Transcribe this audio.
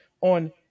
on